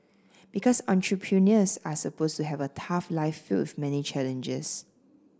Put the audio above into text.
because entrepreneurs are supposed to have a tough life filled with many challenges